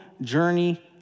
journey